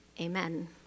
Amen